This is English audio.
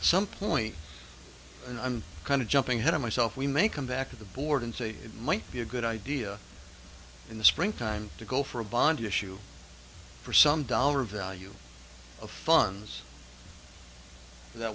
at some point and i'm kind of jumping ahead of myself we may come back to the board and say it might be a good idea in the springtime to go for a bond issue for some dollar value of funds that